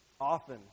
often